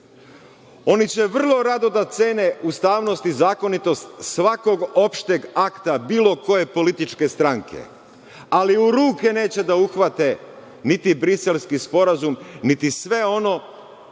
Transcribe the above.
Oni će vrlo rado da cene ustavnost i zakonitost svakog opšteg akta bilo koje političke stranke, ali u ruke neće da uhvate niti Briselski sporazum niti sve ono